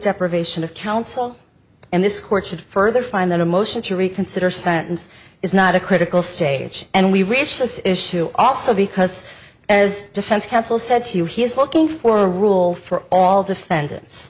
deprivation of counsel and this court should further find that a motion to reconsider sentence is not a critical stage and we reach this issue also because as defense counsel said to you he's looking for a rule for all